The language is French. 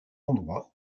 endroits